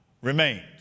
remains